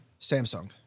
Samsung